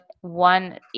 one